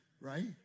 Right